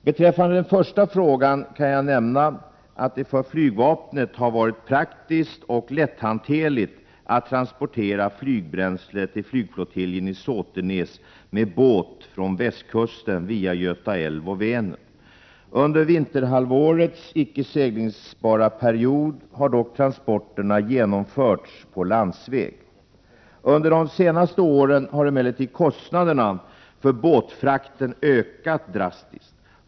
Beträffande den första frågan kan jag nämna att det för flygvapnet har varit praktiskt och lätthanterligt att transportera flygbränsle till flygflottiljen i Såtenäs med båt från västkusten via Göta älv och Vänern. Under vinterhalvårets icke seglingsbara period har dock transporterna genomförts på landsväg. Under de senaste åren har emellertid kostnaderna för båtfrakten ökat drastiskt.